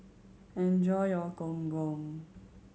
enjoy your Gong Gong